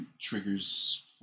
triggers